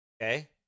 Okay